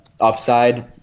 upside